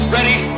Ready